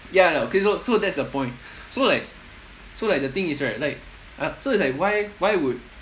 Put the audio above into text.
ya I know okay so so that's the point so like so like the thing is right like uh so it's like why why would